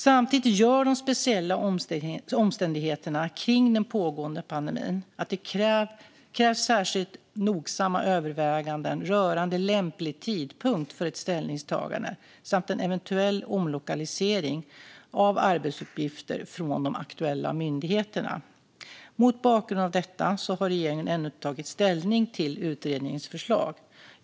Samtidigt gör de speciella omständigheterna kring den pågående pandemin att det krävs särskilt nogsamma överväganden rörande lämplig tidpunkt för ett ställningstagande samt en eventuell omlokalisering av arbetsuppgifter från de aktuella myndigheterna. Mot bakgrund av detta har regeringen ännu inte tagit ställning till utredningens förslag.